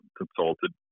consulted